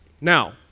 Now